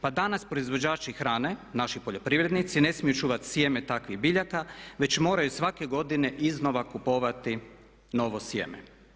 Pa danas proizvođači hrane naši poljoprivrednici ne smiju čuvati sjeme takvih biljaka već moraju svake godine iznova kupovati novo sjeme.